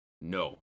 No